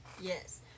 Yes